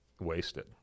wasted